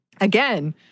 again